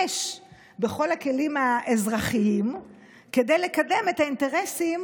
בכל הכלים האזרחיים כדי לקדם את האינטרסים,